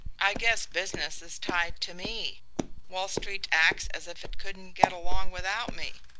i guess business is tied to me wall street acts as if it couldn't get along without me.